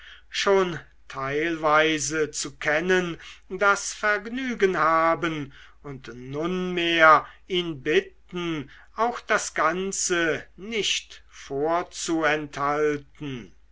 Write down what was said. schon teilweise zu kennen das vergnügen haben und nunmehr ihn bitten auch das ganze nicht vorzuenthalten